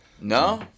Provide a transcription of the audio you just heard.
No